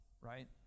right